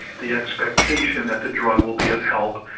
the expectation that the drug will be of help,